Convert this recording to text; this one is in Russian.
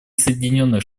соединенных